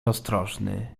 ostrożny